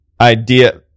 idea